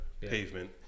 pavement